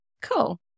Cool